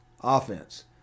offense